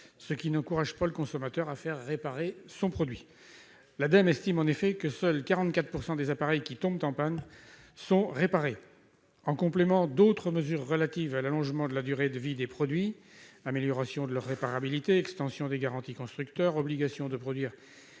de l'environnement et de la maîtrise de l'énergie, l'Ademe, estime en effet que seuls 44 % des appareils qui tombent en panne sont réparés. En complément d'autres mesures relatives à l'allongement de la durée de vie des produits -amélioration de leur réparabilité, extension des garanties des constructeurs, obligation de produire